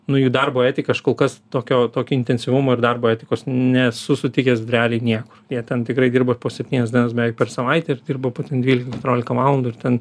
nu jų darbo etika aš kol kas tokio tokio intensyvumo ir darbo etikos nesu sutikęs realiai niekur jie ten tikrai dirba po septynias dienas beveik per savaitę ir dirba dvylika keturiolika valandų ir ten